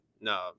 No